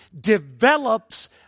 develops